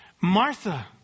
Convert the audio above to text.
martha